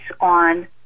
on